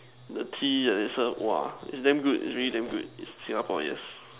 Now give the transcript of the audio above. the Tea that they serve !wow! is damn good is really damn good is Singapore yes